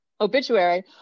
obituary